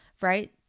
right